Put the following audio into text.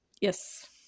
Yes